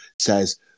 says –